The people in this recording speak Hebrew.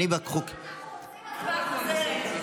אנחנו רוצים הצבעה חוזרת.